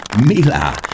Mila